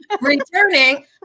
returning